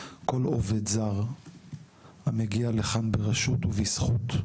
כל עובד זר המגיע לכאן ברשות ובזכות,